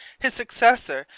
his successor,